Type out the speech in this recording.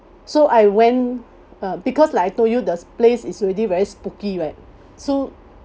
so I went uh because like I told you the place is already very spooky right so